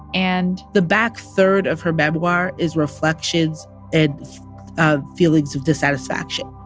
and. the back third of her memoir is reflections and ah feelings of dissatisfaction.